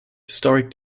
historic